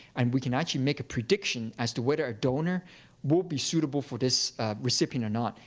and we can actually make a prediction as to whether a donor will be suitable for this recipient or not.